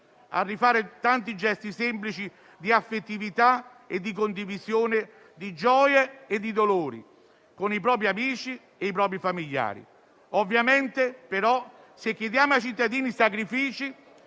a rifare tanti gesti semplici di affettività e di condivisione di gioie e di dolori con i propri amici e i propri familiari. Ovviamente, però, se chiediamo ai cittadini sacrifici,